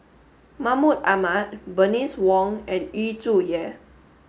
Mahmud Ahmad Bernice Wong and Yu Zhuye